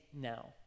now